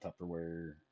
tupperware